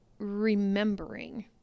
remembering